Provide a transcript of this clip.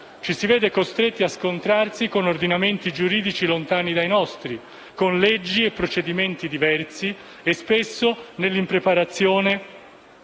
questi casi. Ci si scontra con ordinamenti giuridici lontani dai nostri, con leggi e procedimenti diversi, e spesso con l'impreparazione